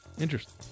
Interesting